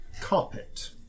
carpet